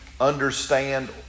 understand